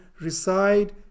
reside